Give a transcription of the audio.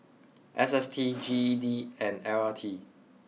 S S T G E D and L R T